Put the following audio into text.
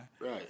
Right